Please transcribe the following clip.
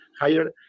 higher